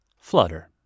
Flutter